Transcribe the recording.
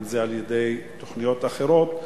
אם על-ידי תוכניות אחרות,